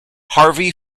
harvey